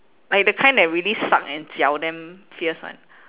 like the kind that really suck and 搅 damn fierce [one]